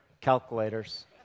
calculators